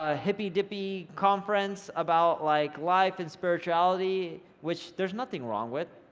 ah hippie dippie conference about like life and spirituality, which there's nothing wrong with,